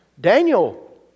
Daniel